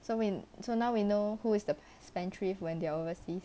so we so now we know who is the spendthrift when they are overseas